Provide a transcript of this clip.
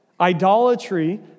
idolatry